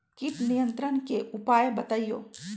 किट नियंत्रण के उपाय बतइयो?